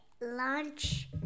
lunch